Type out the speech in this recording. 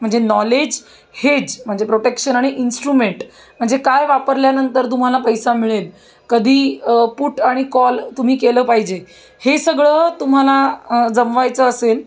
म्हणजे knowledge hedge म्हणजे protection आणि इन्स्ट्रुमेंट म्हणजे काय वापरल्यानंतर तुम्हाला पैसा मिळेल कधी पुट आणि कॉल तुम्ही केलं पाहिजे हे सगळं तुम्हाला जमवायचं असेल